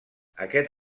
aquest